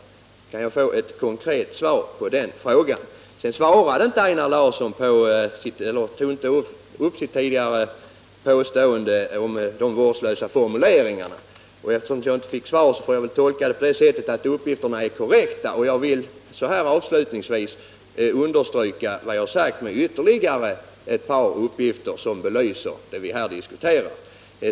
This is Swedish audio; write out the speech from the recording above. Kan jag få ett konkret svar på den frågan? Einar Larsson tog inte upp sitt tidigare påstående om de vårdslösa formuleringarna. Eftersom jag inte fick något svar på den punkten får jag väl tolka honom på det sättet att uppgifterna är korrekta, och jag vill avslutningsvis understryka vad jag sagt med ytterligare ett par uppgifter som belyser det vi här diskuterar.